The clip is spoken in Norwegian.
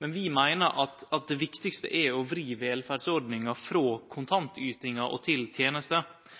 men vi meiner at det viktigaste er å vri velferdsordninga frå kontantytingar og til